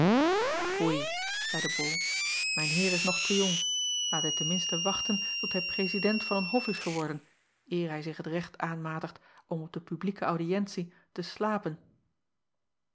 oei zeide ol mijn eer is nog te jong laat hij ten minste wachten tot hij rezident van een of is geworden eer hij zich het recht aanmatigt om op de publieke audiëntie te slapen